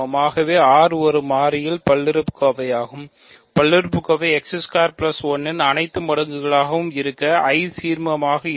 ஆகவே R ஒரு மாறியில் பல்லுறுப்புக்கோவையாகவும் பல்லுறுப்புக்கோவை 1 இன் அனைத்து மடங்குகளாகவும் இருக்க I சீர்மமாக இருக்கும்